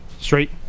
straight